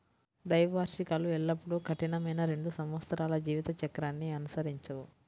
ద్వైవార్షికాలు ఎల్లప్పుడూ కఠినమైన రెండు సంవత్సరాల జీవిత చక్రాన్ని అనుసరించవు